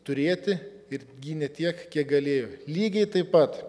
turėti ir gynė tiek kiek galėjo lygiai taip pat